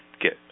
get